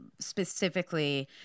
specifically